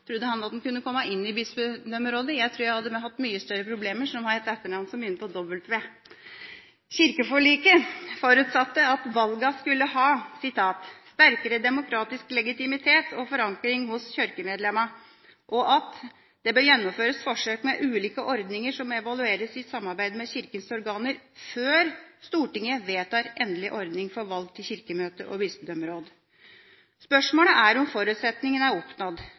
trodde han at han kunne komme inn i bispedømmerådet. Jeg tror jeg hadde hatt mye større problemer som har et etternavn som begynner på W! Kirkeforliket forutsatte at valgene skulle ha «sterkere demokratisk legitimitet og forankring hos kirkemedlemmene», og: «Det bør gjennomføres forsøk med ulike ordninger som evalueres i samarbeid med kirkens organer, før Stortinget vedtar endelig ordning for valg til Kirkemøtet og Bispedømmeråd.» Spørsmålet er om forutsetningen er oppnådd.